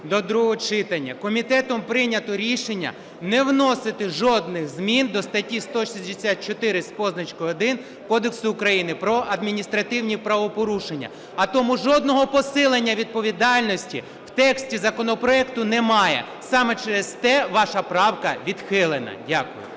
до другого читання. Комітетом прийнято рішення не вносити жодних змін до статті 164 з позначкою 1 Кодексу України про адміністративні правопорушення. А тому жодного посилення відповідальності в тексті законопроекту немає. Саме через те ваша правка відхилена. Дякую.